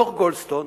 דוח-גולדסטון,